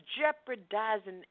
jeopardizing